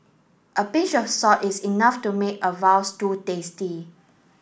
a pinch of salt is enough to make a stew tasty